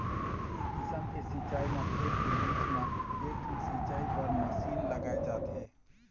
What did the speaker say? ए किसम के सिंचई म खेत के बीच म एकठन सिंचई बर मसीन लगाए जाथे